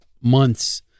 months